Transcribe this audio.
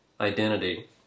identity